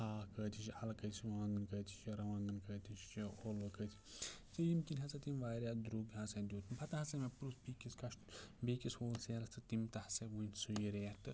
ہاکھ کۭتِس چھِ اَلہٕ کۭتِس چھِ وانٛگَن کۭتِس چھِ رُوانٛگَن کۭتِس چھِ ٲولوٕ کۭتِس تہٕ ییٚمہِ کِنۍ ہَسا تٔمۍ واریاہ درٛوگ ہَسا دیُت پَتہٕ ہَسا مےٚ پرٛیژھ بیٚیِس کَسٹ بیٚیِس ہوٗل سیلَس تہٕ تٔمۍ تہِ ہَسا وَنۍ سُے ریٹ تہٕ